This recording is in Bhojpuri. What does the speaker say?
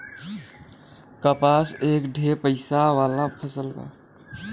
कपास एक ठे पइसा वाला फसल बा